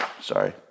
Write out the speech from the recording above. Sorry